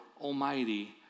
Almighty